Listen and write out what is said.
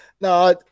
no